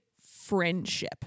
friendship